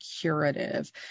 curative